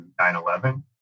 9-11